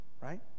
right